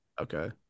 Okay